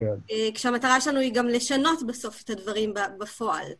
כשהמטרה שלנו היא גם לשנות בסוף את הדברים בפועל.